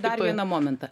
dar vieną momentą